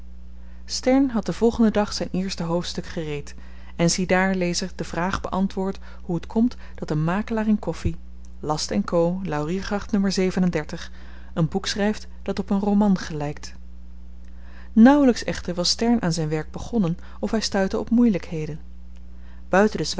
stern had den volgenden dag zyn eerste hoofdstuk gereed en ziedaar lezer de vraag beantwoord hoe t komt dat een makelaar in koffi last co lauriergracht n een boek schryft dat op een roman gelykt nauwelyks echter was stern aan zyn werk begonnen of hy stuitte op moeielykheden